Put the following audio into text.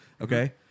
Okay